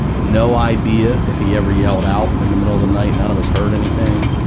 no idea if he ever yelled out in the middle of the night. none of us heard anything.